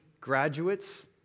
graduates